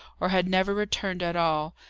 or had never returned at all,